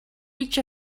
each